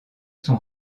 son